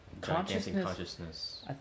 consciousness